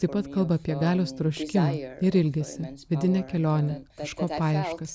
taip pat kalba apie galios troškimą ir ilgesį vidinę kelionę kažko paieškas